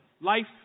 life